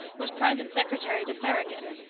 was private secretary to farragut,